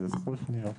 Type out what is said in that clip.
אלכס קושניר,